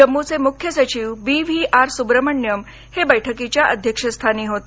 जम्मूचे मुख्य सचिव बी व्ही आर सुब्रमण्यम हे बैठकीच्या अध्यक्षस्थानी होते